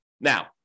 Now